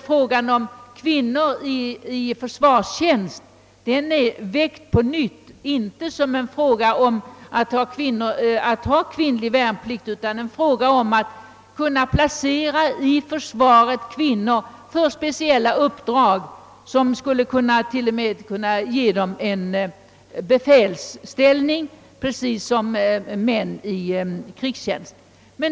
Frågan om kvinnor i försvarstjänst är däremot väckt på nytt, inte i avsikt att införa kvinnlig värnplikt utan för att kunna placera kvinnor i försvaret för speciella uppdrag, som t.o.m. skulle kunna ge dem en befälsställning precis som män i krigstjänst.